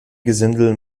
gesindel